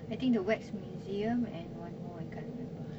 I think the wax museum and one more I can't remember